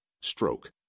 Stroke